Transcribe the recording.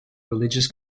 religious